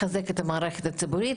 לחזק את המערכת הציבורית,